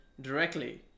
directly